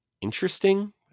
interesting